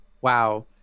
wow